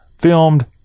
filmed